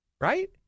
right